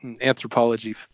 anthropology